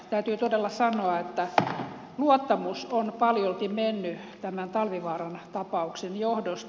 täytyy todella sanoa että luottamus on paljolti mennyt tämän talvivaaran tapauksen johdosta